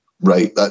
right